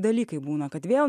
dalykai būna kad vėl